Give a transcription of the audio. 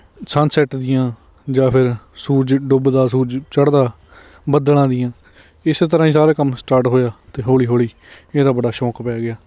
sunset ਦੀਆਂ ਜਾਂ ਫਿਰ ਸੂਰਜ ਡੁੱਬਦਾ ਸੂਰਜ ਚੜ੍ਹਦਾ ਬੱਦਲਾਂ ਦੀਆਂ ਇਸ ਤਰ੍ਹਾਂ ਹੀ ਸਾਰਾ ਕੰਮ ਸਟਾਰਟ ਹੋਇਆ ਅਤੇ ਹੌਲੀ ਹੌਲੀ ਇਹਦਾ ਬੜਾ ਸ਼ੌਂਕ ਪੈ ਗਿਆ